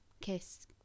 Kiss